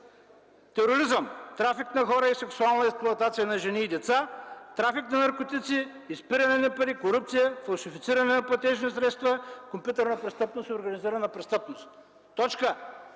тероризъм, трафик на хора и сексуална експлоатация на жени и деца, трафик на наркотици, изпиране на пари, корупция, фалшифициране на платежни средства, компютърна престъпност и организирана престъпност. При